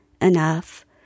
Enough